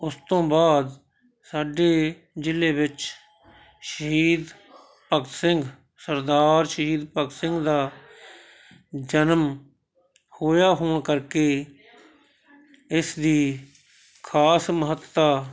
ਉਸ ਤੋਂ ਬਾਅਦ ਸਾਡੇ ਜ਼ਿਲ੍ਹੇ ਵਿੱਚ ਸ਼ਹੀਦ ਭਗਤ ਸਿੰਘ ਸਰਦਾਰ ਸ਼ਹੀਦ ਭਗਤ ਸਿੰਘ ਦਾ ਜਨਮ ਹੋਇਆ ਹੋਣ ਕਰਕੇ ਇਸ ਦੀ ਖਾਸ ਮਹੱਤਤਾ